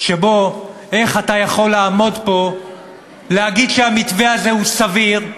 איך אתה יכול לעמוד פה ולהגיד שהמתווה הזה הוא סביר,